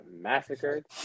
massacred